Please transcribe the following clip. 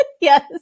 yes